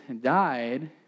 died